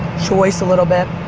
choice a little bit.